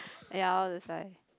ya orh that's why